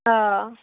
অঁ